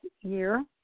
year